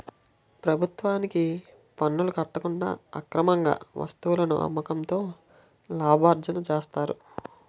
ప్రభుత్వానికి పనులు కట్టకుండా అక్రమార్గంగా వస్తువులను అమ్మకంతో లాభార్జన చేస్తారు